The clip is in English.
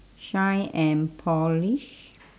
shine and polish